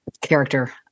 character